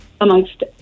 amongst